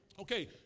Okay